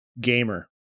gamer